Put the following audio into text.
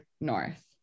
north